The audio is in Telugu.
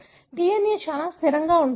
DNA చాలా స్థిరంగా ఉంటుంది